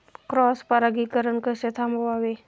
Cross परागीकरण कसे थांबवावे?